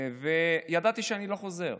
וידעתי שאני לא חוזר.